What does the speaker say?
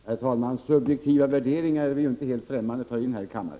Herr talman! Subjektiva värderingar är vi ju inte helt främmande för i denna kammare.